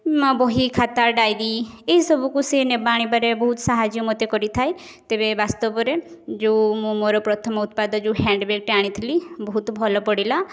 ନୂଆ ବହି ଖାତା ଡାଏରି ଏଇସବୁକୁ ସେ ନେବା ଆଣିବାରେ ବହୁତ ସାହାଯ୍ୟ ମୋତେ କରିଥାଏ ତେବେ ବାସ୍ତବରେ ଯେଉଁ ମୁଁ ମୋର ପ୍ରଥମ ଉତ୍ପାଦ ଯେଉଁ ହ୍ୟାଣ୍ଡ୍ ବ୍ୟାଗ୍ଟି ଆଣିଥିଲି ବହୁତ ଭଲ ପଡ଼ିଲା